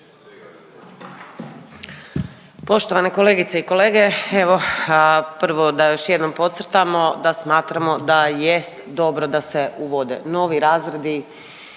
Poštovane kolegice i kolege. Evo prvo da još jednom podcrtamo da smatramo da jest dobro da se uvode novi razredi